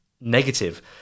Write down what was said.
negative